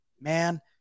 man